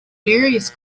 darius